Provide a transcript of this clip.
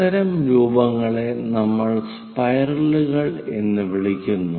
അത്തരം രൂപങ്ങളെ നമ്മൾ സ്പൈറലുകൾ എന്ന് വിളിക്കുന്നു